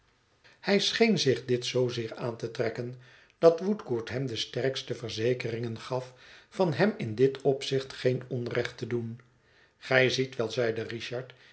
hij scheen zich dit zoo zeer aan te trekken dat woodcourt hem de sterkste verzekeringen gaf van hem in dit opzicht geen onrecht te doen gij ziet wel zeide richard